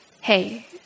hey